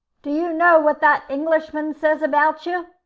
do you know what that englishman says about you?